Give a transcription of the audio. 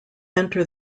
enter